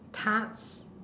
tarts